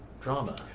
drama